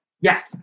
Yes